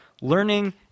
Learning